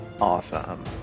awesome